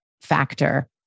factor